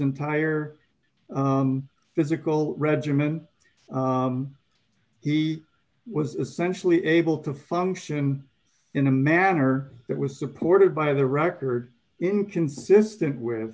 entire physical regimen he was essentially able to function in a manner that was supported by the records inconsistent with